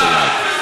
אותה.